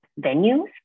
venues